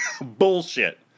Bullshit